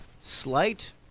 slight